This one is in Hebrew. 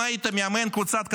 אם היית מאמן קבוצת כדורגל,